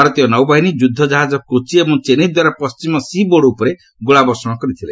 ଭାରତୀୟ ନୌବାହିନୀ ଯୁଦ୍ଧ ଜାହାଜ କୋଚି ଏବଂ ଚେନ୍ନାଇ ଦ୍ୱାରା ପଣ୍ଟିମ ସି ବୋର୍ଡ୍ ଉପରେ ଗୋଳା ବର୍ଷଣ କରାଯାଇଥିଲା